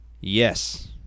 Yes